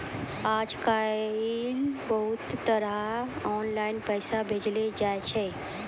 आय काइल बहुते तरह आनलाईन पैसा भेजलो जाय छै